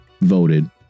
voted